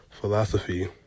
philosophy